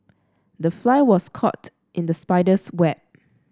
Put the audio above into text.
the fly was caught in the spider's web